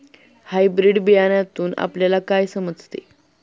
Hybrid बियाण्यातून आपल्याला काय समजते?